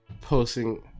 posting